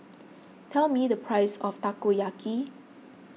tell me the price of Takoyaki